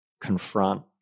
confront